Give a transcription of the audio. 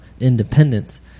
independence